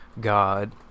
God